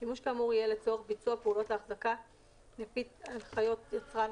שימוש כאמור יהיה לצורך ביצוע פעולות האחזקה לפי הנחיות יצרן